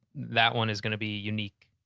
that one is going to be unique.